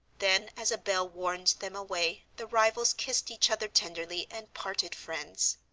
then as a bell warned them away, the rivals kissed each other tenderly, and parted friends.